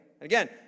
Again